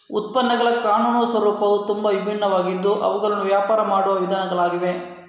ಉತ್ಪನ್ನಗಳ ಕಾನೂನು ಸ್ವರೂಪವು ತುಂಬಾ ವಿಭಿನ್ನವಾಗಿದ್ದು ಅವುಗಳನ್ನು ವ್ಯಾಪಾರ ಮಾಡುವ ವಿಧಾನಗಳಾಗಿವೆ